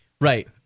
right